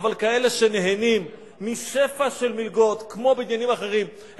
אבל כאלה שנהנים משפע של מלגות כמו בעניינים אחרים,